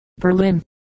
Berlin